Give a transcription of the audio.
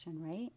right